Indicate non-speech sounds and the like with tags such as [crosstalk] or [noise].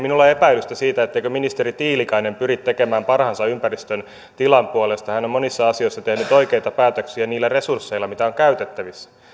[unintelligible] minulla ole epäilystä siitä etteikö ministeri tiilikainen pyri tekemään parhaansa ympäristön tilan puolesta hän on monissa asioissa tehnyt oikeita päätöksiä niillä resursseilla mitä on käytettävissä